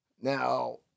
Now